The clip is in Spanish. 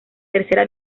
tercera